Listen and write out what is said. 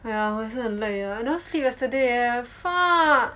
!haiya! 我也是很累 eh I never sleep yesterday eh fuck